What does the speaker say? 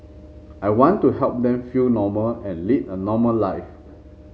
I want to help them feel normal and lead a normal life